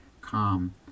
calm